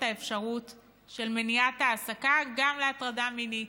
האפשרות של מניעת ההעסקה גם להטרדה מינית.